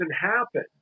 happen